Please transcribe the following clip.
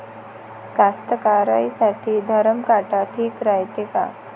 कास्तकाराइसाठी धरम काटा ठीक रायते का?